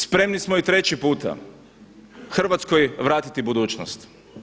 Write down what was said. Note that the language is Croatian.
Spremni smo i treći puta Hrvatskoj vratiti budućnost.